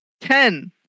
Ten